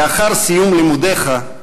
לאחר סיום לימודיך,